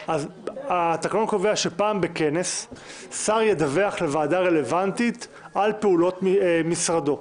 התקנון קובע שפעם בכנס שר ידווח לוועדה הרלוונטית על פעולות משרדו,